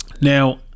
Now